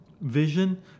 vision